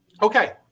Okay